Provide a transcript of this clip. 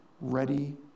ready